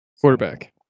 Quarterback